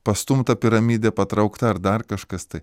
pastumta piramidė patraukta ar dar kažkas tai